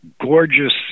gorgeous